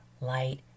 light